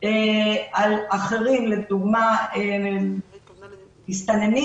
על אחרים לדוגמה מסתננים,